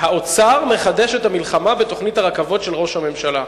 "האוצר מחדש את המלחמה בתוכנית הרכבות של ראש הממשלה".